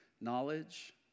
knowledge